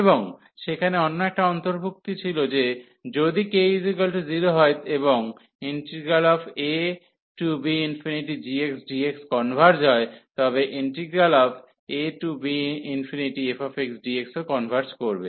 এবং সেখানে অন্য একটা অন্তর্ভুক্তি ছিল যে যদি k0 হয় এবং abgxdx কনভার্জ হয় তবে abfxdx ও কনভার্জ করবে